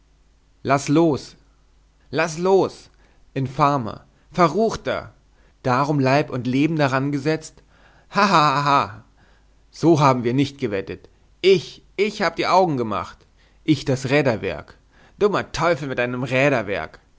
laß los laß los infamer verruchter darum leib und leben daran gesetzt ha ha ha ha so haben wir nicht gewettet ich ich hab die augen gemacht ich das räderwerk dummer teufel mit deinem